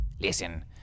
Listen